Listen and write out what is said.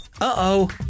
Uh-oh